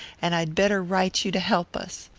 and i'd better write to you to help us.